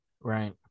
right